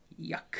Yuck